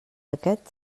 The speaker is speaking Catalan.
aquest